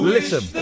Listen